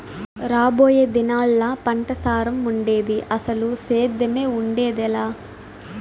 రాబోయే దినాల్లా పంటసారం ఉండేది, అసలు సేద్దెమే ఉండేదెలా